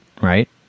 right